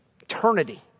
Eternity